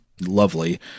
lovely